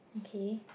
K